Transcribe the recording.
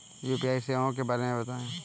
UPI सेवाओं के बारे में बताएँ?